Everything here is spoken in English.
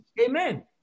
amen